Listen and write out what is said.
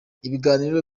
ibiganiro